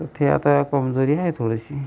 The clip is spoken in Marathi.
तर ते आता कमजोरी आहे थोडीशी